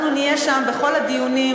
אנחנו נהיה שם בכל הדיונים,